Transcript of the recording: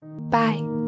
Bye